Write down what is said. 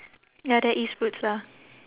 ya there is fruits lah